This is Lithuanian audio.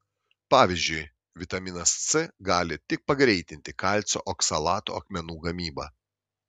pavyzdžiui vitaminas c gali tik pagreitinti kalcio oksalato akmenų gamybą